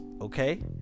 Okay